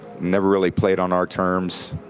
never really played on our terms.